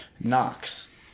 Knox